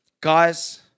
guys